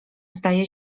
zdaje